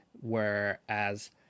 whereas